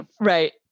Right